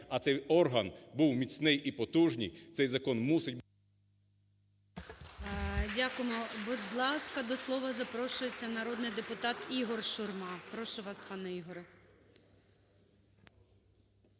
а цей орган був міцний і потужний, цей закон мусить… ГОЛОВУЮЧИЙ. Дякуємо. Будь ласка, до слова запрошується народний депутат Ігор Шурма. Прошу вас, пане Ігоре.